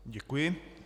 Děkuji.